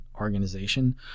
organization